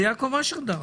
זה יעקב אשר דרש.